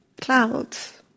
clouds